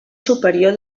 superior